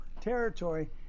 territory